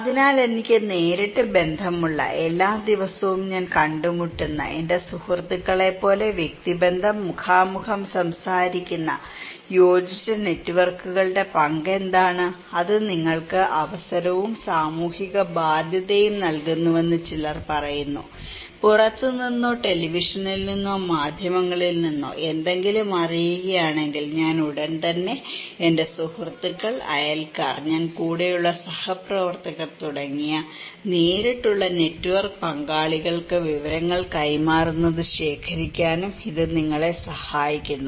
അതിനാൽ എനിക്ക് നേരിട്ട് ബന്ധമുള്ള എല്ലാ ദിവസവും ഞാൻ കണ്ടുമുട്ടുന്ന എന്റെ സുഹൃത്തുക്കളെപ്പോലെ വ്യക്തിബന്ധം മുഖാമുഖം സംസാരിക്കുന്ന യോജിച്ച നെറ്റ്വർക്കുകളുടെ പങ്ക് എന്താണ് അത് നിങ്ങൾക്ക് അവസരവും സാമൂഹിക ബാധ്യതയും നൽകുന്നുവെന്ന് ചിലർ പറയുന്നു പുറത്തുനിന്നോ ടെലിവിഷനിൽ നിന്നോ മാധ്യമങ്ങളിൽ നിന്നോ എന്തെങ്കിലും അറിയുകയാണെങ്കിൽ ഞാൻ ഉടൻ തന്നെ എന്റെ സുഹൃത്തുക്കൾ അയൽക്കാർ ഞാൻ കൂടെയുള്ള സഹപ്രവർത്തകർ തുടങ്ങിയ നേരിട്ടുള്ള നെറ്റ്വർക്ക് പങ്കാളികൾക്ക് വിവരങ്ങൾ കൈമാറുന്നത് ശേഖരിക്കാനും ഇത് നിങ്ങളെ സഹായിക്കുന്നു